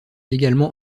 également